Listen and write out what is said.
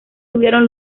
tuvieron